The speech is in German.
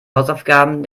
hausaufgaben